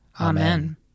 Amen